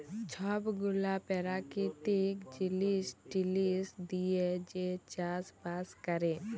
ছব গুলা পেরাকিতিক জিলিস টিলিস দিঁয়ে যে চাষ বাস ক্যরে